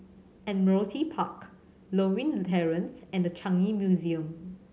Admiralty Park Lewin Terrace and The Changi Museum